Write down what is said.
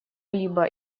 либо